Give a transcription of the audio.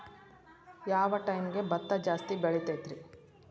ಯಾವ ಟೈಮ್ಗೆ ಭತ್ತ ಜಾಸ್ತಿ ಬೆಳಿತೈತ್ರೇ?